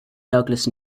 douglas